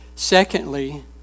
Secondly